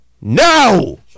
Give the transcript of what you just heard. No